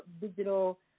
digital